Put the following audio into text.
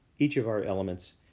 each of our elements,